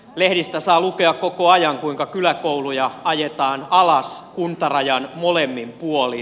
lehdistä saa lukea koko ajan kuinka kyläkouluja ajetaan alas kuntarajan molemmin puolin